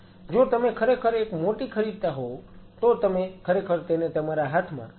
જો તમે ખરેખર એક મોટી ખરીદતા હોવ તો તમે ખરેખર તેને તમારા હાથમાં ડોલની જેમ લઈ શકો છો